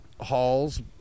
halls